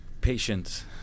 Patience